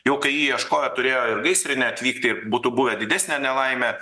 jau kai jį ieškojo turėjo ir gaisrinė atvykti būtų buvę didesnė nelaimė